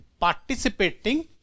participating